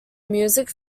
music